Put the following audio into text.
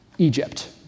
Egypt